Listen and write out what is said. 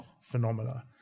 phenomena